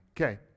Okay